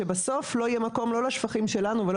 שבסוף לא יהיה מקום לא לשפכים שלנו ולא